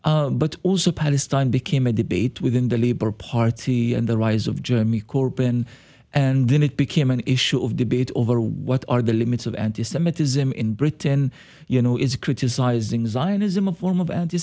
but also palestine became a debate within the labor party and the rise of germany corp and and then it became an issue of debate over what are the limits of anti semitism in britain you know is criticizing zionism a form of anti